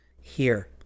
Here